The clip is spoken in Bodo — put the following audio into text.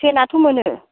त्रेनाथ' मोनो